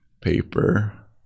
paper